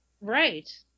right